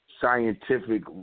scientific